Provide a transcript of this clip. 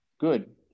Good